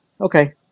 okay